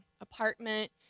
Apartment